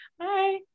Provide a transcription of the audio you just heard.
Hi